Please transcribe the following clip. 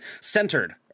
centered